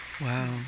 Wow